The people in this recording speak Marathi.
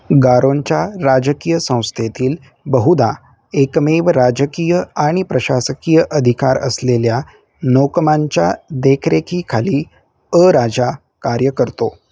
गारोंच्या राजकीय संस्थेतील बहुदा एकमेव राजकीय आणि प्रशासकीय अधिकार असलेल्या नोकमांच्या देखरेखीखाली अ राजा कार्य करतो